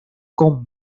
con